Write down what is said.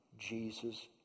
Jesus